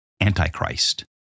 antichrist